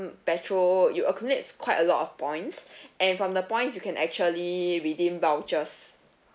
petrol you accumulates quite a lot of points and from the points you can actually redeem vouchers